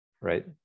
right